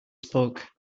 spoke